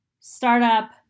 startup